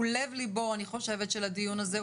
הוא לב ליבו, אני חושבת של הדיון הזה.